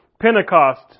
Pentecost